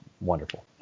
wonderful